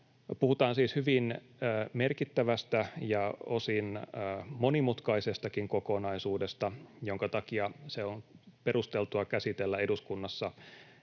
Puhutaan siis hyvin merkittävästä ja osin monimutkaisestakin kokonaisuudesta, jonka takia se on perusteltua käsitellä eduskunnassa